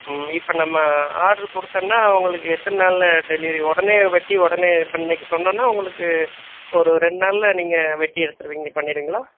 ம் இப்போ நம்ம ஆட்ரு கொடுத்தோன்னா உங்களுக்கு எத்தனை நாளில் டெலிவரி உடனே வெட்டி உடனே இப்போ இன்றைக்கு சொன்னோன்னால் உங்களுக்கு ஒரு ரெண்டு நாளில் நீங்கள் வெட்டி எடுத்துவிடுவீங்க பண்ணிவிடுவீங்களா